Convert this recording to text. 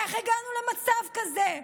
איך הגענו למצב כזה?